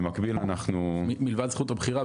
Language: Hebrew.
במקביל אנחנו --- מלבד זכות הבחירה,